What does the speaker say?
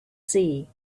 see